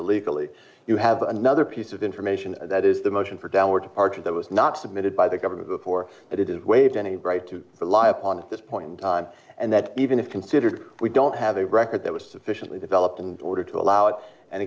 illegally you have another piece of information that is the motion for downward departure that was not submitted by the government before that it is waived any right to rely upon at this point in time and that even if considered we don't have a record that was sufficiently developed in order to allow it and